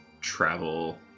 travel